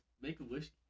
Make-A-Wish